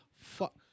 Fuck